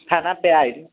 थाना पर आयल